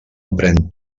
aprén